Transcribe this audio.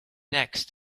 next